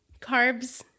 Carbs